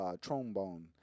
trombone